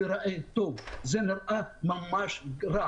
זה נראה ממש רע.